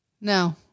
No